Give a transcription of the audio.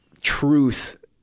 truth